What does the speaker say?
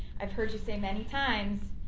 i've heard you say many times,